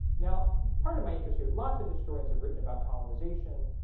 now part of my interest here lots of historians have written about colonization.